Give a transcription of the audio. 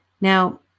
Now